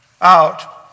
out